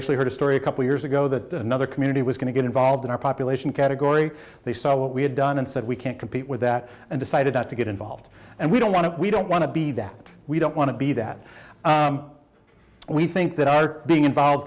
actually heard a story a couple years ago that another community was going to get involved in our population category they saw what we had done and said we can't compete with that and decided not to get involved and we don't want to we don't want to be that we don't want to be that we think that our being involved